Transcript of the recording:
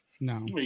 No